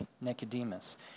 Nicodemus